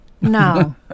No